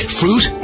fruit